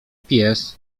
pies